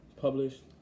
published